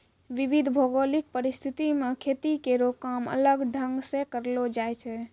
विविध भौगोलिक परिस्थिति म खेती केरो काम अलग ढंग सें करलो जाय छै